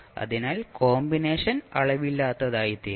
അതിനാൽ കോമ്പിനേഷൻ അളവില്ലാത്തതായിത്തീരും